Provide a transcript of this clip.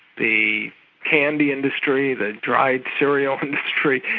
the candy industry, the dried cereal industry,